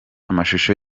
amashusho